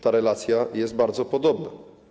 Ta relacja jest bardzo podobna.